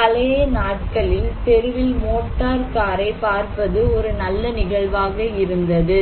பழைய நாட்களில் தெருவில் மோட்டார் காரைப் பார்ப்பது ஒரு நல்ல நிகழ்வாக இருந்தது